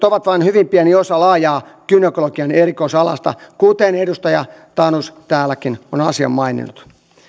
ovat vain hyvin pieni osa laajaa gynekologian erikoisalaa kuten edustaja tanus täälläkin on maininnut